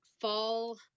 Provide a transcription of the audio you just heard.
fall